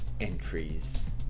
entries